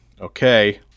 Okay